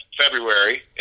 February